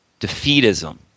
defeatism